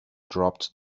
dropped